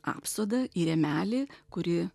apsodą į rėmelį kuri